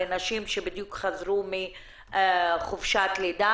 לנשים שבדיוק חזרו מחופשת לידה.